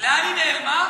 לאן היא נעלמה?